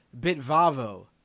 Bitvavo